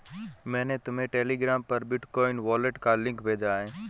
मैंने तुम्हें टेलीग्राम पर बिटकॉइन वॉलेट का लिंक भेजा है